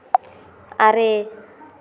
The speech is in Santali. ᱟᱨᱮ